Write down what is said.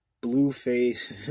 Blueface